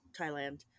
Thailand